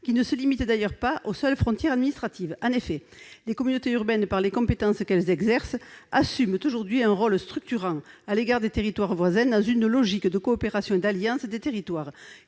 qui ne se limite d'ailleurs pas à leurs seules frontières administratives. En effet, les communautés urbaines, par les compétences qu'elles exercent, assument aujourd'hui un rôle structurant à l'égard des territoires voisins, dans une logique de coopération et d'alliance des territoires.